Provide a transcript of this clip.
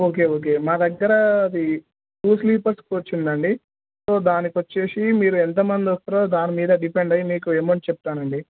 okay okay మా దగ్గర అది టూ స్లీపర్స్ కోచ్ ఉందండి సో దానికి వచ్చేసి మీరు ఎంతమంది వస్తారో దాని మీద డిపెండ్ అయి మీకు ఎమౌంట్ చెప్తానండి